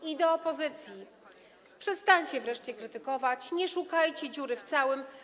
I do opozycji: przestańcie wreszcie krytykować, nie szukajcie dziury w całym.